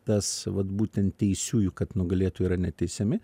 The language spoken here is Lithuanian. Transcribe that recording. tas vat būtent teisiųjų kad nugalėtųjų yra neteisiami